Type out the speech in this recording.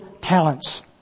talents